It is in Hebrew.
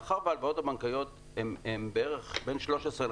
מאחר וההלוואות הבנקאיות הן בין 13,000